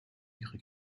ihre